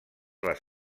les